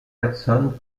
personnes